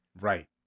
right